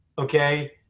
okay